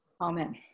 Amen